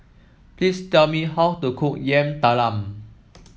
please tell me how to cook Yam Talam